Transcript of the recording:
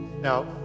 now